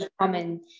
common